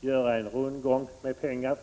införa en rundgång av pengar.